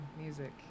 music